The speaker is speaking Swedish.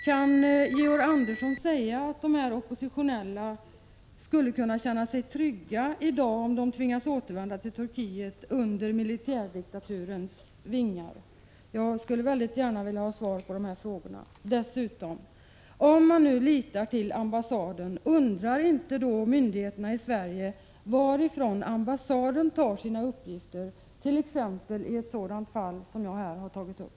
Kan Georg Andersson säga att dessa oppositionella kurder skulle kunna känna sig trygga under militärdiktaturens vingar om de i dag tvingas återvända till Turkiet? Jag skulle mycket gärna vilja ha svar på dessa frågor. Dessutom: Om man nu litar till ambassaden i Turkiet, undrar då inte myndigheterna i Sverige varifrån ambassaden tar sina uppgifter t.ex. i ett sådant fall som det jag här har tagit upp?